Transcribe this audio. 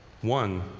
One